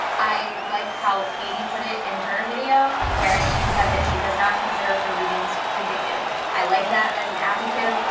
i like how katie put it in her video where she said that she does not consider her reading with predictive i like that as an adjective.